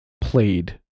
played